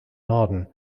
norden